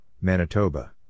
Manitoba